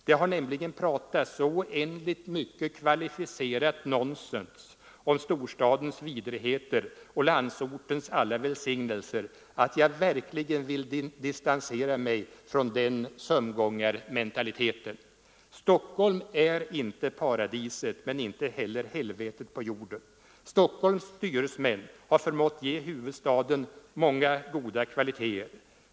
Det har nämligen pratats så oändligt mycket kvalificerat nonsens om storstadens vidrigheter och landsortens alla välsignelser att jag verkligen vill distansera mig från den sömngångarmentaliteten. Stockholm är inte paradiset men inte heller helvetet på jorden. Stockholms styresmän har förmått ge huvudstaden många goda kvaliteter.